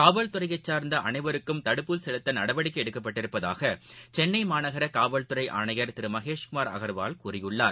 காவல்துறையைச் சார்ந்த அனைவருக்கும் தடுப்பூசி செலுத்த நடவடிக்கை எடுக்கப்பட்டுள்ளதாக சென்னை மாநகர காவல்துறை ஆணையர் திரு மகேஷ்குமார் அகர்வால் கூறியுள்ளார்